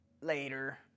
later